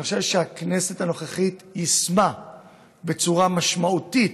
אני חושב שהכנסת הנוכחית יישמה בצורה משמעותית